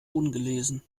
ungelesen